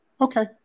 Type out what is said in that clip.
Okay